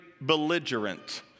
belligerent